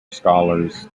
scholars